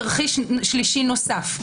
תרחיש שלישי נוסף,